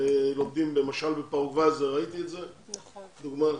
למשל בפרגוואי ראיתי את זה, לדוגמה.